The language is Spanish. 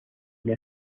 una